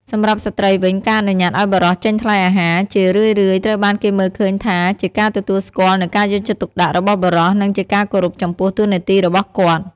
សម្រាប់ស្ត្រីវិញ ការអនុញ្ញាតឱ្យបុរសចេញថ្លៃអាហារ ជារឿយៗត្រូវបានគេមើលឃើញថាជាការទទួលស្គាល់នូវការយកចិត្តទុកដាក់របស់បុរស និងជាការគោរពចំពោះតួនាទីរបស់គាត់។